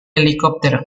helicóptero